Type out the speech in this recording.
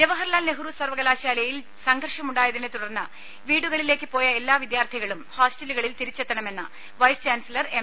ജവഹർലാൽ നെഹ്റു സർവകലാശാലയിൽ സംഘർഷമു ണ്ടായതിനെ തുടർന്ന് വീടുകളിലേക്ക് പോയ എല്ലാ വിദ്യാർത്ഥികളും ഹോസ്റ്റലുകളിൽ തിരിച്ചെത്തണമെന്ന് വൈസ് ചാൻസലർ എം